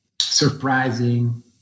surprising